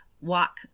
walk